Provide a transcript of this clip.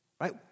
right